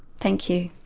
thank you.